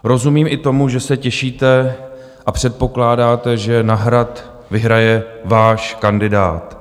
Rozumím i tomu, že se těšíte a předpokládáte, že na Hrad vyhraje váš kandidát.